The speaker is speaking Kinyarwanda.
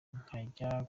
nkajya